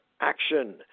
action